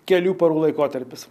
kelių parų laikotarpis